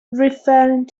referring